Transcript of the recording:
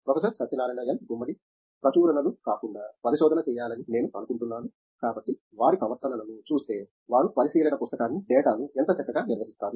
professor Satyanarayana N Gummadi ప్రచురణలు కాకుండా పరిశోధన చేయాలని నేను అనుకుంటున్నాను కాబట్టి వారి ప్రవర్తనను చూస్తే వారు పరిశీలన పుస్తకాన్ని డేటాను ఎంత చక్కగా నిర్వహిస్తారు